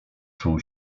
czuł